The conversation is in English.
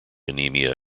anemia